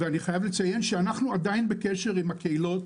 ואני חייב לציין שאנחנו עדיין בקשר עם הקהילות,